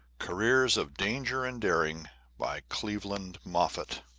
careers of danger and daring by cleveland moffett